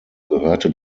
gehörte